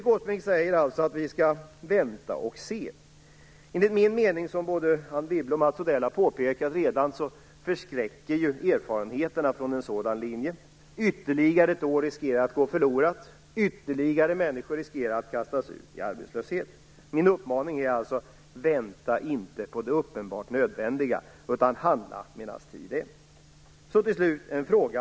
Erik Åsbrink säger alltså att vi skall vänta och se. Enligt min mening förskräcker erfarenheterna - vilket redan Mats Odell och Anne Wibble har påpekat - från en sådan linje. Ytterligare ett år riskerar att gå förlorat. Ytterligare människor riskerar att kastas ut i arbetslöshet. Min uppmaning är: Vänta inte på det uppenbart nödvändiga utan handla medan tid är! Till sist vill jag ställa en fråga.